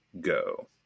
go